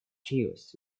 chios